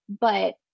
But-